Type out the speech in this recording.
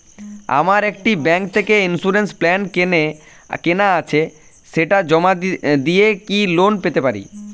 আমার একটি ব্যাংক থেকে ইন্সুরেন্স প্ল্যান কেনা আছে সেটা জমা দিয়ে কি লোন পেতে পারি?